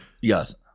yes